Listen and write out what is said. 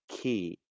key